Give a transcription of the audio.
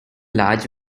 large